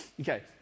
Okay